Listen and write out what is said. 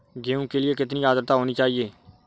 गेहूँ के लिए कितनी आद्रता होनी चाहिए?